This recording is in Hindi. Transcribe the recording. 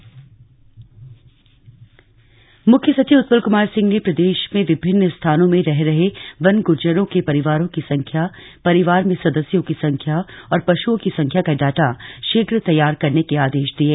बैठक वन गुज्जर मुख्य सचिव मुख्य सचिव उत्पल कुमार सिंह ने प्रदेश में विभिन्न स्थानों में रह रहे वन गुज्जरों के परिवारों की संख्या परिवार में सदस्यों की संख्या और पशुओँ की संख्या का डाटा शीघ्र तैयार करने के आदेश दिये